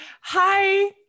hi